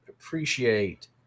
appreciate